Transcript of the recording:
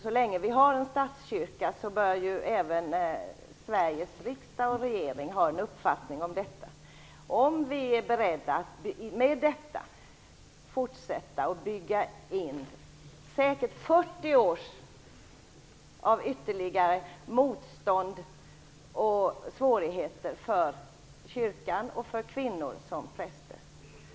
Så länge vi har en statskyrka bör även Sveriges riksdag och regering ha en uppfattning om detta. Är vi beredda att fortsätta bygga in säkert ytterligare 40 år av motstånd mot och svårigheter för kvinnliga präster och även för kyrkan?